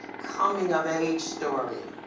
coming of age story.